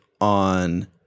on